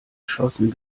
schossen